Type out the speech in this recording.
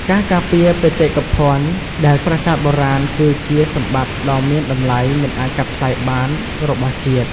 ការការពារបេតិកភណ្ឌ ដែលប្រាសាទបុរាណគឺជាសម្បត្តិដ៏មានតម្លៃមិនអាចកាត់ថ្លៃបានរបស់ជាតិ។